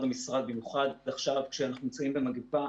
ומשרד במיוחד בשלב שאנחנו נמצאים במגפה,